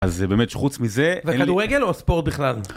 אז זה באמת שחוץ מזה... זה כדורגל או ספורט בכלל?